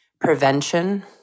prevention